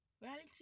reality